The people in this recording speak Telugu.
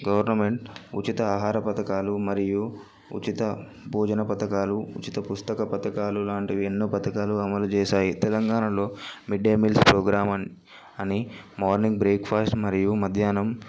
గవర్నమెంట్ ఉచిత ఆహార పథకాలు మరియు ఉచిత భోజన పథకాలు ఉచిత పుస్తక పథకాలు లాంటివి ఎన్నో పథకాలు అమలు చేశాయి తెలంగాణలో మిడ్ డే మీల్స్ ప్రోగ్రామ్స్ అన్ అని మార్నింగ్ బ్రేక్ ఫాస్ట్ మరియు మధ్యాహ్నం